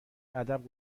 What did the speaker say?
ادب